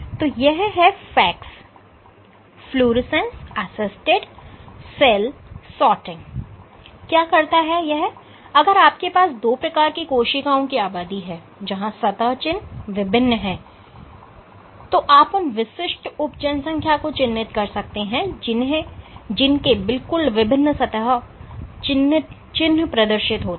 तो यह FACS क्या करता हैअगर आपके पास दो प्रकार की कोशिकाओं की आबादी है जहां सतह चिन्ह विभिन्न है तो आप उन विशिष्ट उप जनसंख्या को चिन्हित कर सकते हैं जिनके बिल्कुल विभिन्न सतह चिन्ह प्रदर्शित होते हैं